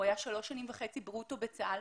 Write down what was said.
הוא היה שלוש וחצי שנים ברוטו בצבא,